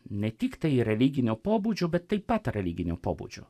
ne tik tai religinio pobūdžio bet taip pat religinio pobūdžio